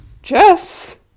jess